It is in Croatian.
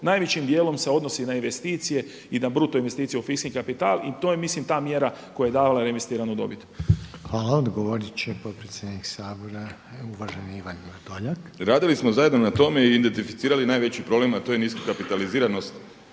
najvećim djelom se odnosi na investicije i na bruto investiciju u fiskalni kapital. I to je mislim ta mjera koja je davala reinvestiranu dobit. **Reiner, Željko (HDZ)** Hvala. Odgovorit će potpredsjednik Sabora uvaženi Ivan Vrdoljak. **Vrdoljak, Ivan (HNS)** Radili smo zajedno na tome i identificirali najveći problem a to je niskokapitaliziranost